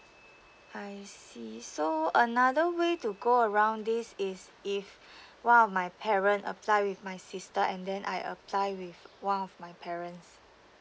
I see so another way to go around this is if one of my parent apply with my sister and then I apply with one of my parents